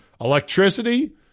electricity